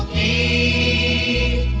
a